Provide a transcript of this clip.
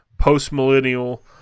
post-millennial